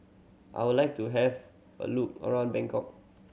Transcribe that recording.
I would like to have a look around Bangkok